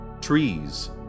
trees